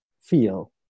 feel